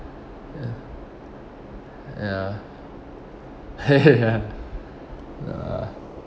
ya ya !hey! ya nah